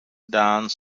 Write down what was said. done